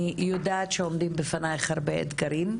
אני יודעת שעומדים בפנייך הרבה אתגרים.